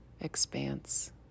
expanse